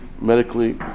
medically